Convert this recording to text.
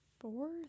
four